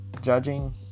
judging